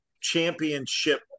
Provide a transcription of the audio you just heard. championship